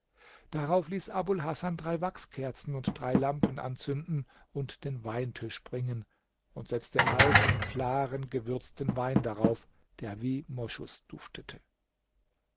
darauf ließ abul hasan drei wachskerzen und drei lampen anzünden und den weintisch bringen und setzte alten klaren gewürzten wein darauf der wie moschus duftete